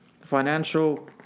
financial